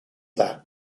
that